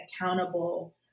accountable